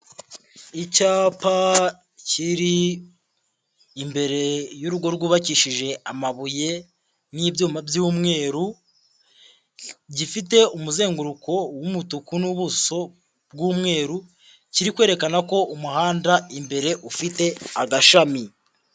Icyapa kiri imbere y'urugo rwubakishije amabuye n'ibyuma by'umweru, gifite umuzenguruko w'umutuku n'ubuso bw'umweru, kiri kwerekana ko umuhanda imbere ufite agashami.